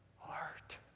heart